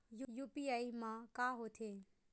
UPI मा का होथे?